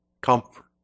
comfort